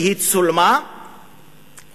שצולמה,